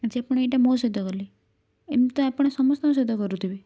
ଆଜି ଆପଣ ଏଇଟା ମୋ ସହିତ କଲେ ଏମିତି ତ ଆପଣ ସମସ୍ତଙ୍କ ସହିତ କରୁଥିବେ